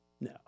No